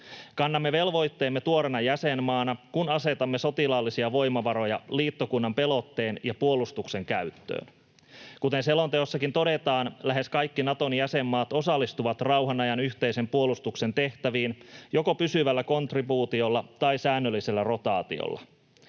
Kannamme velvoitteemme tuoreena jäsenmaana, kun asetamme sotilaallisia voimavaroja liittokunnan pelotteen ja puolustuksen käyttöön. Kuten selonteossakin todetaan, lähes kaikki Naton jäsenmaat osallistuvat rauhanajan yhteisen puolustuksen tehtäviin joko pysyvällä kontribuutiolla tai säännöllisellä rotaatiolla.